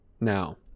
Now